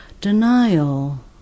denial